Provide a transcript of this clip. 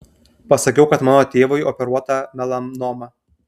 pasakiau kad mano tėvui operuota melanoma